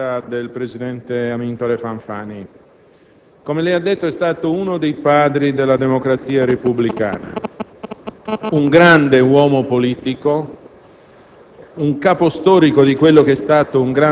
nel centesimo anniversario della nascita del presidente Amintore Fanfani. Come lei ha detto, è stato uno dei padri della democrazia repubblicana, un grande uomo politico,